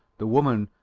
the woman,